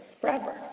forever